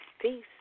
Peace